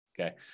Okay